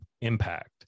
impact